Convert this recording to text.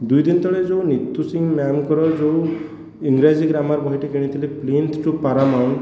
ଦୁଇ ଦିନ ତଳେ ଯେଉଁ ନିତୁ ସିଂ ମ୍ୟାମ୍ଙ୍କର ଯେଉଁ ଇଂଗ୍ରାଜି ଗ୍ରାମାର ବହି ଟିଏ କିଣିଥିଲି ପ୍ଳୀନ୍ଥ ଟୁ ପାରାମାଉଣ୍ଟ